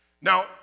Now